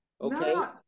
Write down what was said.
Okay